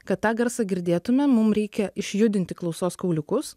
kad tą garsą girdėtume mum reikia išjudinti klausos kauliukus